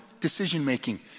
decision-making